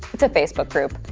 it's a facebook group.